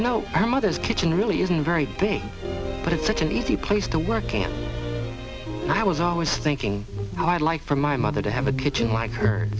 you know our mother's kitchen really isn't very big but it's such an easy place to work and i was always thinking i'd like for my mother to have a kitchen like h